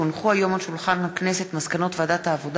הצעת החוק התקבלה ותועבר לדיון